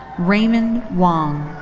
raymond wong.